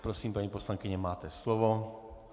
Prosím, paní poslankyně, máte slovo.